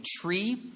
tree